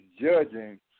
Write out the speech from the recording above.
judging